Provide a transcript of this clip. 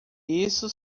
isso